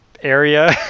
area